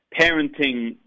parenting